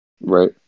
right